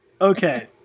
Okay